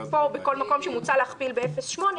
פה בכל מקום שמוצע להכפיל ב-0.8,